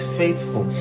faithful